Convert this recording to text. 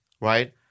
right